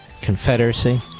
Confederacy